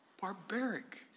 barbaric